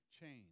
change